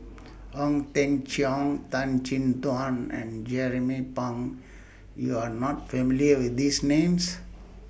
Ong Teng Cheong Tan Chin Tuan and Jernnine Pang YOU Are not familiar with These Names